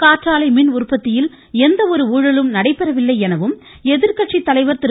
காற்றாழை மின் உற்பத்தியில் எந்த ஒரு ஊழலும் நடைபெறவில்லை எனவும் எதிர்கட்சி தலைவர் திரு